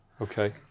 Okay